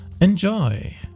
Enjoy